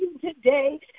today